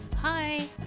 Hi